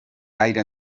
gaire